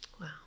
Wow